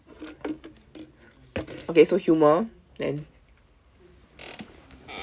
okay so humour then